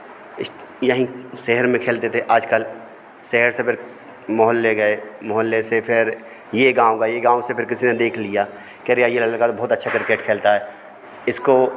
यहीं शहर में खेलते थे आज कल शहर से फिर मोहल्ले गए मोहल्ले से फिर यह गाँव गए यह गाँव से फिर किसी ने देख लिया कहे रहे यार यह लड़का तो बहुत अच्छा क्रिकेट खेलता है इसको